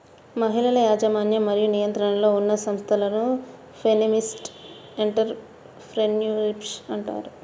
మహిళల యాజమాన్యం మరియు నియంత్రణలో ఉన్న సంస్థలను ఫెమినిస్ట్ ఎంటర్ ప్రెన్యూర్షిప్ అంటారు